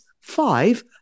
five